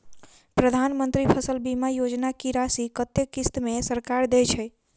प्रधानमंत्री फसल बीमा योजना की राशि कत्ते किस्त मे सरकार देय छै?